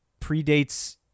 predates